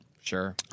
Sure